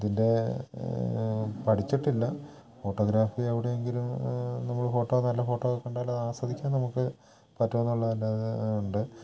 ഇതിൻ്റെ പഠിച്ചിട്ടില്ല ഫോട്ടോഗ്രാഫി എവിടെയെങ്കിലും നമ്മൾ ഫോട്ടോ നല്ല ഫോട്ടോ ഒക്കെ കണ്ടാൽ ആസ്വദിക്കാൻ നമുക്ക് പറ്റും എന്നുള്ളതല്ലാതെ ഉണ്ട്